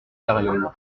carriole